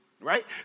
Right